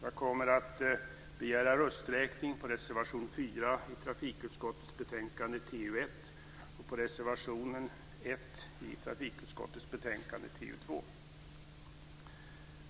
Jag kommer att begära rösträkning på reservation 4 i trafikutskottets betänkande TU1 och på reservation 1 i trafikutskottets betänkande TU2.